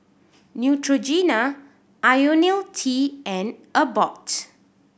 Neutrogena Ionil T and Abbott